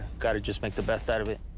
gotta just make the best out of it.